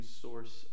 source